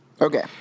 Okay